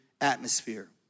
atmosphere